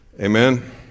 Amen